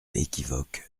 équivoque